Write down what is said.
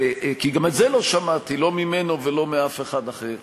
כי גם את זה לא שמעתי, לא ממנו ולא מאף אחד אחר.